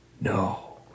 no